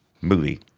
movie